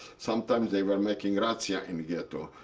sometimes they were making yeah in ghetto.